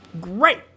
Great